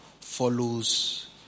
follows